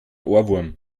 ohrwurm